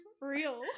real